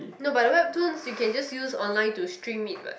no but the right tunes you can just use online to stream it what